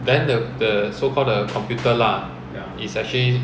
then the the so called the computer lah it's actually